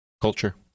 Culture